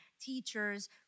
teachers